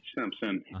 Simpson